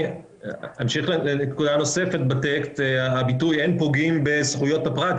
אמשיך לנקודה נוספת בטקסט הביטוי "אין פוגעים בזכויות הפרט".